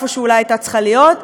איפה שאולי הייתה צריכה להיות,